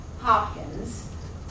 Hopkins